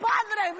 Padre